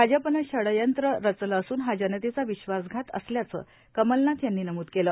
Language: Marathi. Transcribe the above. भाजपनं षडयंत्र रचलं असून हा जनतेचा विश्वासघात असल्याचं कमलनाथ यांनी नमूद केलं